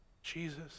Jesus